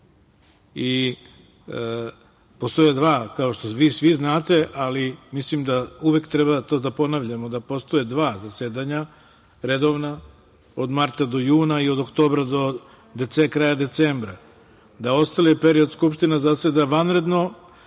Postoje dva, kao što vi svi znate, ali mislim da uvek treba da ponavljamo, da postoje dva zasedanja redovna, odnosno od marta do juna i od oktobra do kraja decembra, da ostali period Skupština zaseda vanredno